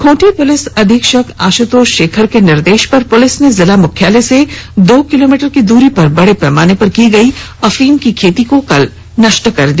Khunti police अधीक्षक आशुतोष शेखर के निर्देश पर पुलिस ने जिला मुख्यालय से दो किलोमीटर की दूरी पर बड़े पैमाने पर की गई अफीम की खेती को कल नष्ट कर दिया